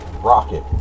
rocket